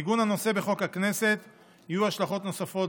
לעיגון הנושא בחוק הכנסת יהיו השלכות נוספות,